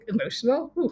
emotional